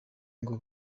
ngo